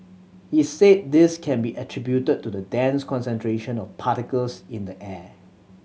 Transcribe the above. he said this can be attributed to the dense concentration of particles in the air